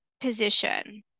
position